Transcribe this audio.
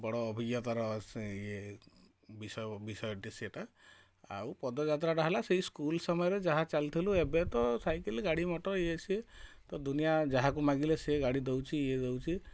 ବଡ଼ ଅଭିଜ୍ଞତାର ସେ ୟେ ବିଷୟ ବିଷୟଟେ ସେଇଟା ଆଉ ପଦଯାତ୍ରାଟା ହେଲା ସେଇ ସ୍କୁଲ ସମୟରେ ଯାହା ଚାଲିଥିଲୁ ଏବେ ତ ସାଇକେଲ ଗାଡ଼ି ମଟର ୟେ ସେ ତ ଦୁନିଆ ଯାହାକୁ ମାଗିଲେ ସେ ଗାଡ଼ି ଦେଉଛି ୟେ ଦେଉଛି